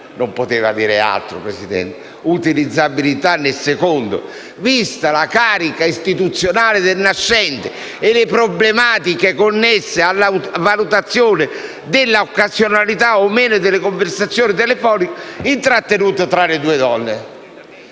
non poteva dire altro, Presidente - utilizzabilità vista la carica istituzionale del Nascente e le problematiche connesse alla valutazione dell'occasionalità o no delle conversazioni telefoniche intrattenute tra le due donne.